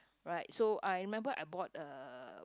right so I remember I bought a